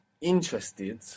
interested